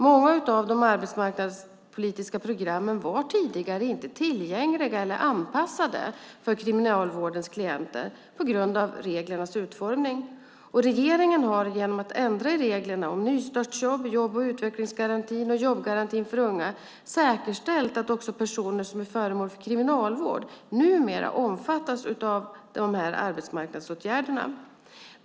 Många av de arbetsmarknadspolitiska programmen var tidigare inte tillgängliga eller anpassade för kriminalvårdens klienter på grund av reglernas utformning. Regeringen har genom ändringar i reglerna om nystartsjobb, jobb och utvecklingsgarantin och jobbgarantin för unga säkerställt att också personer som är föremål för kriminalvård numera omfattas av dessa arbetsmarknadsåtgärder.